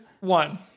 one